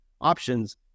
options